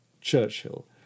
Churchill